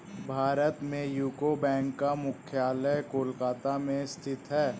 भारत में यूको बैंक का मुख्यालय कोलकाता में स्थित है